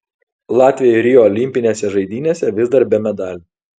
latviai rio olimpinėse žaidynėse vis dar be medalių